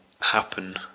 happen